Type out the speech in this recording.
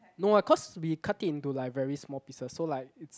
no ah cause we cut it into like very small pieces so like it's